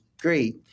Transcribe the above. great